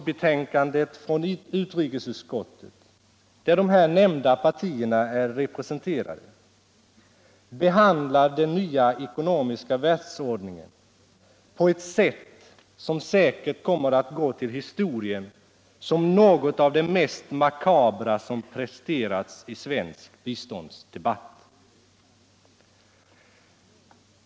Betänkandet trån utrikesutskottet, där de här nämnda partierna är representerade, behandlar den nva ckonomiska världsordningen på ett sätt, som säkert kommer alt gå till historien som något av det mest makabra som presterats i svensk biståndsdebatt.